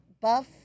Buff